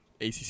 ACC